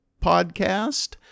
podcast